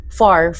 far